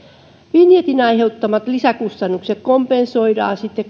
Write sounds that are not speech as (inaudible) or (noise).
vinjetin aiheuttamat lisäkustannukset kompensoidaan sitten (unintelligible)